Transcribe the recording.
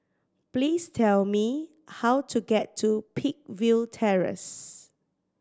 please tell me how to get to Peakville Terrace